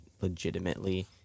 legitimately